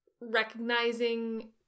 recognizing